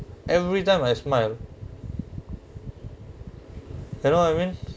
every time I smile you know what I mean